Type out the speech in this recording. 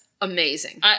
amazing